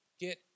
get